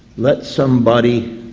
let somebody